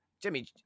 jimmy